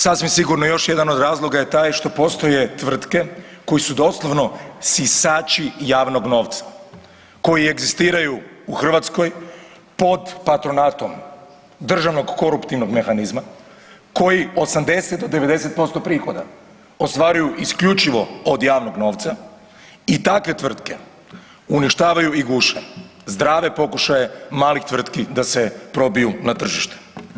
Sasvim sigurno još jedan od razloga je taj što postoje tvrtke koje su doslovno sisači javnog novca, koje egzistiraju u Hrvatskoj pod patronatom državnog koruptivnog mehanizma koji 80 do 90% prihoda ostvaruju isključivo od javnog novca i takve tvrtke uništavaju i guše zdrave pokušaje malih tvrtki da se probiju na tržište.